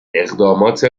اقدامات